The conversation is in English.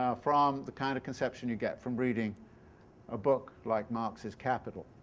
ah from the kind of conception you get from reading a book like marx's capital.